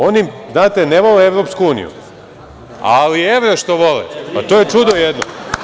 Oni, znate, ne vole EU, ali evre što vole, pa to je čudo jedno.